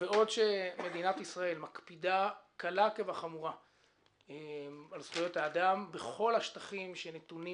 מדינת ישראל מקפידה על קלה כחמורה על זכויות האדם בכל השטחים שנתונים